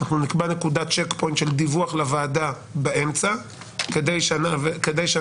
אנחנו נקבע נקודת צ'ק פוינט של דיווח לוועדה באמצע כדי שגם